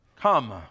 come